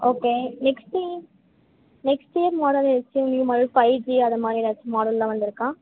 okay நெக்ஸ்ட்டி next year model ஏதாச்சும் new model five G அதை மாதிரி ஏதாச்சு மாடல்லாம் வந்துயிருக்கா